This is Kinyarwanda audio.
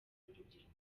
n’urubyiruko